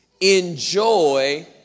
Enjoy